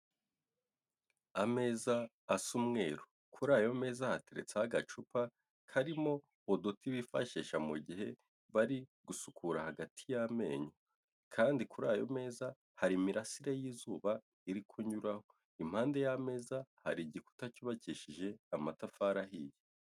Ameza asa umweru kuri ayo meza hateretseho agacupa karimo uduti bifashisha mu gihe bari gusukura hagati y'amenyo, kandi kuri ayo meza hari imirasire y'izuba iri kunyuraho, impande y'ameza hari igikuta cyubakishije amatafari ahiye.